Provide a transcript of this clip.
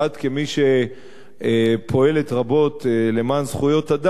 כמי שפועלת רבות למען זכויות אדם,